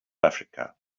africa